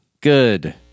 Good